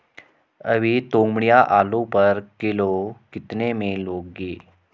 अभी तोमड़िया आलू पर किलो कितने में लोगे?